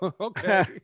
okay